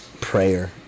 prayer